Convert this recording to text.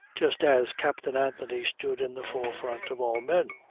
just as captain anthony stood in the forefront of all men.